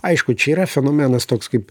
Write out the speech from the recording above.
aišku čia yra fenomenas toks kaip